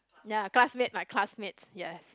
ya classmate my classmate yes